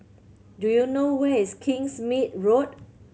do you know where is Kingsmead Road